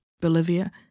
Bolivia